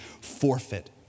forfeit